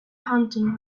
hunting